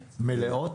מלאות.